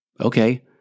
Okay